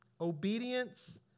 obedience